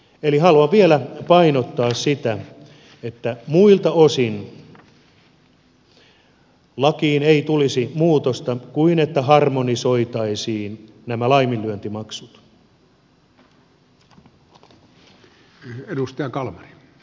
eli haluan vielä painottaa sitä että muilta osin lakiin ei tulisi muutosta kuin että harmonisoitaisiin nämä laiminlyöntimaksut